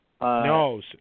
No